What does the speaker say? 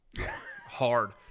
hard